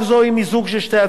לקריאה